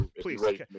please